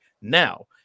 Now